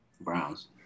Browns